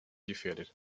gefährdet